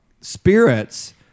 spirits